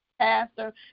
pastor